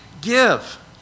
give